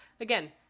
again